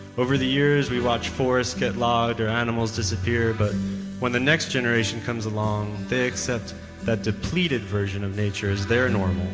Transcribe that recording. over the years, we watch forests get logged or animals disappear but when the next generation comes along, they accept the depleted version of nature as their normal.